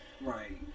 Right